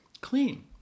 clean